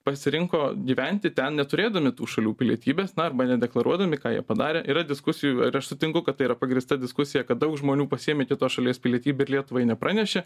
pasirinko gyventi ten neturėdami tų šalių pilietybės na arba nedeklaruodami ką jie padarė yra diskusijų ir aš sutinku kad tai yra pagrįsta diskusija kad daug žmonių pasiėmė kitos šalies pilietybę ir lietuvai nepranešė